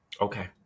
Okay